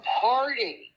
party